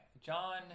John –